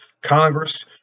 Congress